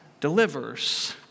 delivers